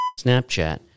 Snapchat